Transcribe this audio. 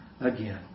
again